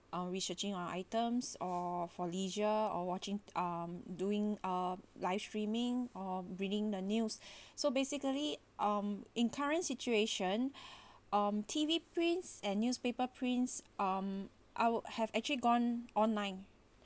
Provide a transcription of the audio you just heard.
on researching on items or for leisure or watching um doing uh live streaming or reading the news so basically um in current situation um T_V prints and newspaper prints um I would have actually gone online